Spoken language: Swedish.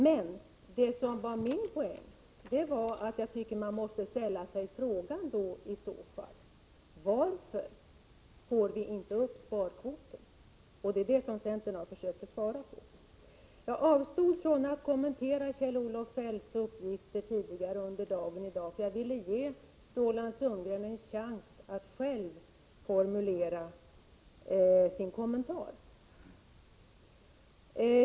Men det som var min poäng var att man i så fall måste ställa frågan: Varför får vi inte upp sparkvoten? Den frågan har centern försökt svara på. Jag avstod från att kommentera de uppgifter Kjell-Olof Feldt lämnade tidigare under dagen, för jag ville ge Roland Sundgren en chans att själv formulera sin kommentar.